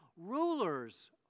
rulers